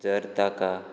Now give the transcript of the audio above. जर ताका